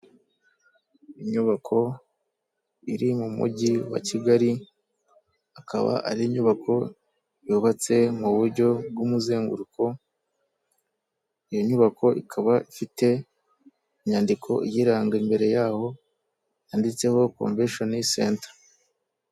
Inyubako iri mu mujyi wa Kigali, akaba ari inyubako yubatse mu buryo bw'umuzenguruko, iyo nyubako ikaba ifite inyandiko iyiranga imbere yaho, yanditseho Convention Center.